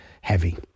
heavy